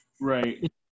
right